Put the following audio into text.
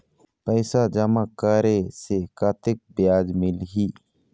पैसा जमा करे से कतेक ब्याज मिलही?